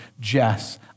Jess